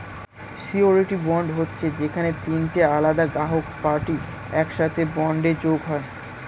surety bond হচ্ছে যেখানে তিনটে আলাদা গ্রাহক পার্টি একসাথে বন্ডে যোগ হয়